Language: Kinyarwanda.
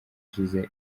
ishize